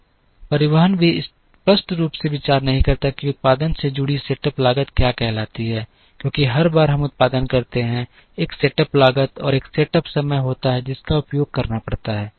परिवहन भी स्पष्ट रूप से विचार नहीं करता है कि उत्पादन से जुड़ी सेटअप लागत क्या कहलाती है क्योंकि हर बार हम उत्पादन करते हैं एक सेटअप लागत और एक सेटअप समय होता है जिसका उपयोग करना पड़ता है